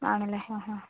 ആണല്ലേ ആ ആ